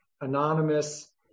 anonymous